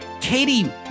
Katie